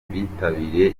bitabiriye